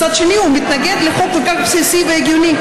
מצד שני הוא מתנגד לחוק כל כך בסיסי והגיוני,